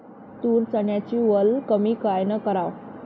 तूर, चन्याची वल कमी कायनं कराव?